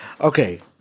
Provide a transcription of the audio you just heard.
Okay